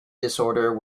disorder